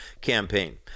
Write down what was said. campaign